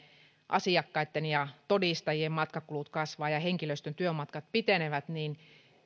asiakkaitten ja todistajien matkakulut kasvavat ja henkilöstön työmatkat pitenevät on